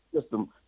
system